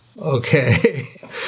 Okay